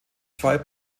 zwei